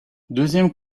deuxième